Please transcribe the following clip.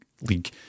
league